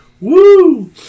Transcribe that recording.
Woo